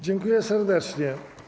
Dziękuję serdecznie.